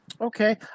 Okay